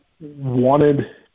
wanted